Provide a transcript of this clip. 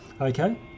Okay